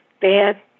bad